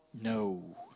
No